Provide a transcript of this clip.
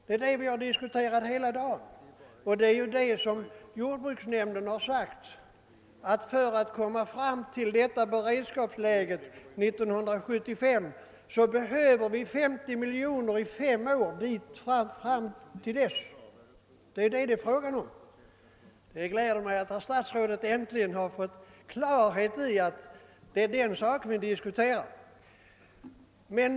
Det är det vi har diskuterat hela tiden, och jordbruksnämnden har sagt att vi, för att komma fram till detta beredskapsläge år 1975, behöver 50 miljoner kronor varje år under de fem åren fram till dess. Det är detta det är frågan om här. Det gläder mig att herr statsrådet äntligen har fått klarhet i att det är den saken vi diskuterar.